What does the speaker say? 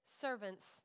servants